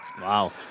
Wow